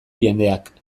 jendeak